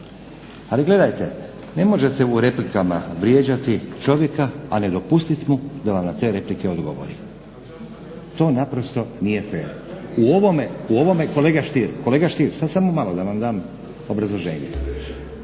ali gledajte ne možete u replikama vrijeđati čovjeka a ne dopustit mu da vam na te replike odgovori, to naprosto nije fer. U ovome, u ovome …/Upadica se ne čuje./… kolega